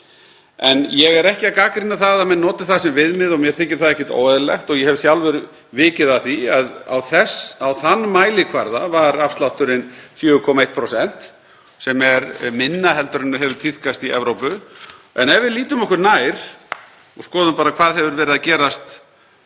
En ég er ekki að gagnrýna að menn noti það sem viðmið og mér þykir það ekkert óeðlilegt og ég hef sjálfur vikið að því að á þann mælikvarða var afslátturinn 4,1%, sem er minna en hefur tíðkast í Evrópu. Ef við lítum okkur nær og skoðum hvað hefur verið að gerast